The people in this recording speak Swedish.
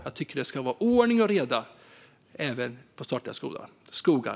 Jag tycker att det ska vara ordning och reda även på statliga skogar.